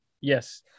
Yes